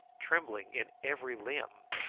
trembling in every limb.